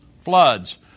floods